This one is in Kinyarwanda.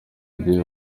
jye